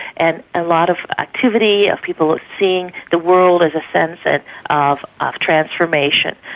and a lot of activity of people seeing the world as a sense and of of transformation,